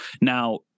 now